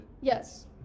Yes